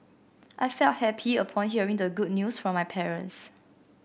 I felt happy upon hearing the good news from my parents